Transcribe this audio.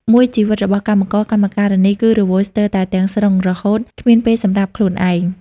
មួយជីវិតរបស់កម្មករកម្មការិនីគឺរវល់ស្ទើរតែទាំងស្រុង រហូតគ្មានពេលសម្រាប់ខ្លួនឯង។